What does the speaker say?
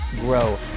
grow